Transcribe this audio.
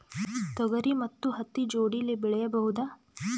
ತೊಗರಿ ಮತ್ತು ಹತ್ತಿ ಜೋಡಿಲೇ ಬೆಳೆಯಬಹುದಾ?